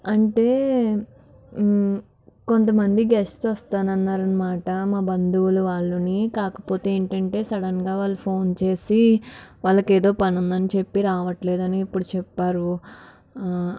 అంటే కొంతమంది గెస్ట్లు వస్తాను అన్నారు అనమాట మా బంధువులు వాళ్లు కాకపోతే ఏంటంటే సడన్గా వాళ్లు ఫోన్ చేసి వాళ్ళకి ఏదో పని ఉందని చెప్పి రావట్లేదని ఇప్పుడు చెప్పారు